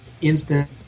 instant